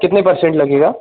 कितने परसेंट लगेगा